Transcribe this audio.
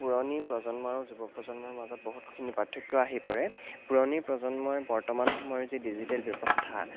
পুৰণি প্ৰজন্মৰ আৰু যুৱপ্ৰজন্মৰ মাজত বহুতখিনি পাৰ্থক্য আহি পৰে পুৰণি প্ৰজন্মই বৰ্তমান সময়ৰ যি ডিজিটেল ব্যৱস্থা